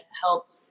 help